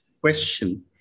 question